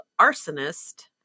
arsonist